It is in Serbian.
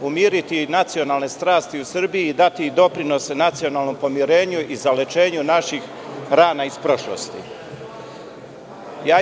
umiriti nacionalne strasti u Srbiji i dati doprinos nacionalnom pomirenju i zalečenju naših rana iz prošlosti.